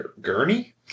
Gurney